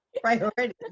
Priority